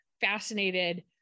fascinated